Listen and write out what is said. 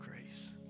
grace